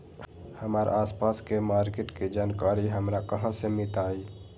हमर आसपास के मार्किट के जानकारी हमरा कहाँ से मिताई?